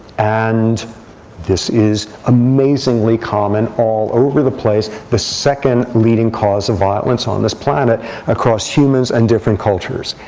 and this is amazingly common all over the place, the second leading cause of violence on this planet across humans and different cultures,